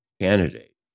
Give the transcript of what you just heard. candidate